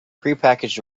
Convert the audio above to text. prepackaged